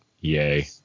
yay